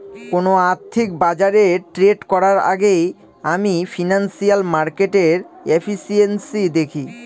কোন আর্থিক বাজারে ট্রেড করার আগেই আমি ফিনান্সিয়াল মার্কেটের এফিসিয়েন্সি দেখি